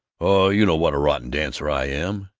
oh, you know what a rotten dancer i am!